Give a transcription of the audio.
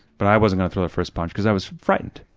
but i wasn't gonna throw the first punch cause i was frightened.